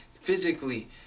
physically